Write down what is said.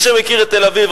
מי שמכיר את תל-אביב,